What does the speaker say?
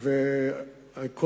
וכל